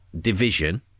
division